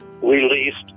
released